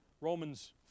Romans